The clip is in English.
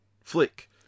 Flick